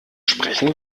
sprechen